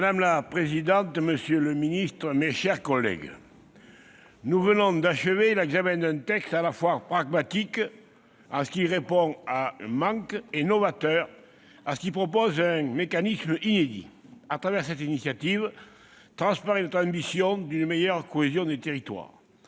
Madame la présidente, monsieur le ministre, mes chers collègues, nous venons d'achever l'examen d'un texte à la fois pragmatique, en ce qu'il répond à un manque, et novateur, en ce qu'il propose un mécanisme inédit. À travers cette initiative transparaît notre ambition d'une meilleure cohésion des territoires.